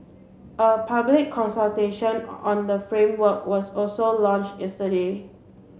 a public consultation on the framework was also launch yesterday